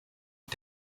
mit